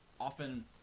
often